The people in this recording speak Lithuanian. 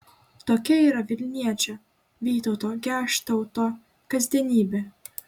tokia yra vilniečio vytauto geštauto kasdienybė